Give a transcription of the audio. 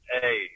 hey